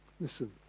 Listen